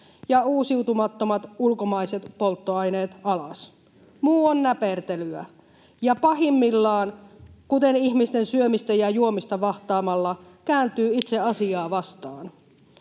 ja uusiutumattomat ulkomaiset polttoaineet alas. Muu on näpertelyä ja pahimmillaan, kuten ihmisten syömistä ja juomista vahtaamalla, kääntyy itse asiaa vastaan.